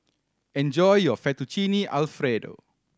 enjoy your Fettuccine Alfredo